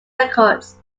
records